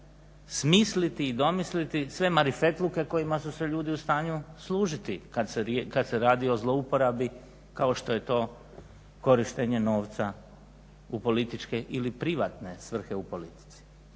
smisliti i domisliti sve marifetluke kojima su se ljudi u stanju služiti kada se radi o zlouporabi kao što je to korištenje novca u političke ili privatne svrhe u politici.